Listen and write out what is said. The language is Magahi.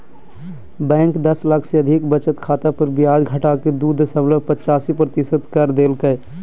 बैंक दस लाख से अधिक बचत खाता पर ब्याज घटाके दू दशमलब पचासी प्रतिशत कर देल कय